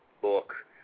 book